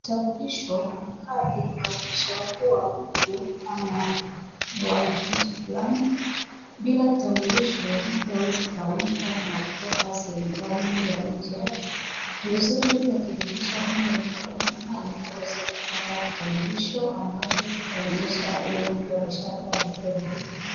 Kitambulisho ni kadi inaonyesha kuwa mtu ni wa nchi fulani. Bila kitambuliso mtu hawezi fahamika ni wa kutoka sehemu gani ya nchi yake. Ni vizuri mtu akifikisha umri wa miaka kumi na nane aweze kupata kitambulisho ambacho kitaonyesha huyo mtu ashakuwa mkubwa.